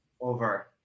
over